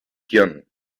hirn